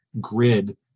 grid